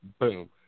Boom